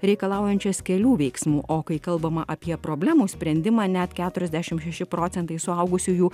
reikalaujančias kelių veiksmų o kai kalbama apie problemų sprendimą net keturiasdešim šeši procentai suaugusiųjų